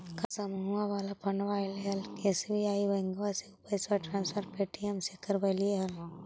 का समुहवा वाला फंडवा ऐले हल एस.बी.आई बैंकवा मे ऊ पैसवा ट्रांसफर पे.टी.एम से करवैलीऐ हल?